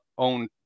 own